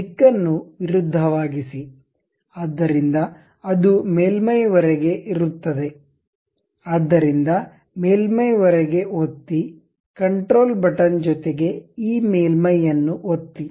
ದಿಕ್ಕನ್ನು ವಿರುದ್ಧವಾಗಿಸಿ ಆದ್ದರಿಂದ ಅದು ಮೇಲ್ಮೈಯವರೆಗೆ ಇರುತ್ತದೆ ಆದ್ದರಿಂದ ಮೇಲ್ಮೈವರೆಗೆ ಒತ್ತಿ ಕಂಟ್ರೋಲ್ ಬಟನ್ ಜೊತೆಗೆ ಈ ಮೇಲ್ಮೈಯನ್ನು ಒತ್ತಿ